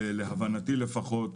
להבנתי לפחות,